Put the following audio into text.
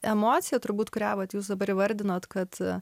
emocija turbūt kurią vat jūs dabar įvardinot kad